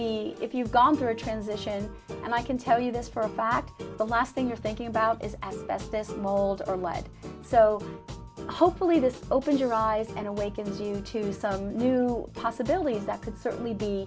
be if you've gone through a transition and i can tell you this for a fact the last thing you're thinking about is at best this molten lead so hopefully this opens your eyes and awakens you to some new possibilities that could certainly be